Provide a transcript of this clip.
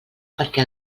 perquè